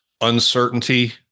uncertainty